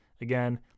Again